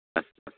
अस्तु